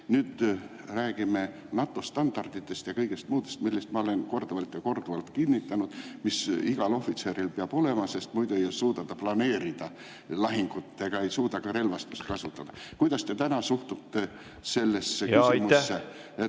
Nüüd räägime NATO standarditest ja kõigest muust, millest ma olen korduvalt ja korduvalt [rääkinud], mis igal ohvitseril peab olema, sest muidu ei suuda ta planeerida lahingut ega suuda ka relvastust kasutada. Kuidas te täna suhtute sellesse, et